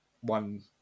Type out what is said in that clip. One